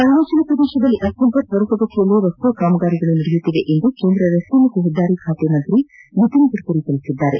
ಅರುಣಾಚಲ ಪ್ರದೇಶದಲ್ಲಿ ಅತ್ಯಂತ ತ್ವರಿತಗತಿಯಲ್ಲಿ ರಸ್ತೆ ಕಾಮಗಾರಿಗಳು ನಡೆಯುತ್ತಿವೆ ಎಂದು ಕೇಂದ ರಸ್ತೆ ಮತ್ತು ಹೆದ್ದಾರಿ ಖಾತೆ ಸಚಿವ ನಿತಿನ್ ಗಡ್ನರಿ ಹೇಳಿದ್ದಾರೆ